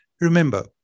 remember